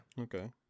okay